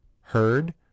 heard